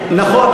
נכון,